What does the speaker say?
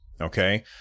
Okay